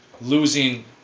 Losing